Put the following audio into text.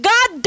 God